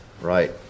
right